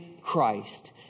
Christ